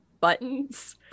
buttons